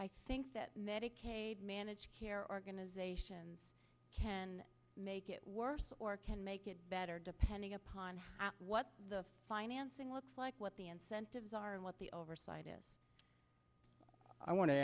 i think that medicaid managed care organization can make it worse or can make it better depending upon what the financing looks like what the incentives are and what the oversight is i wan